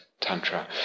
Tantra